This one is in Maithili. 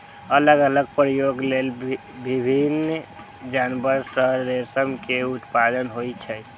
अलग अलग प्रयोजन लेल विभिन्न जानवर सं रेशम केर उत्पादन होइ छै